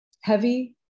Heavy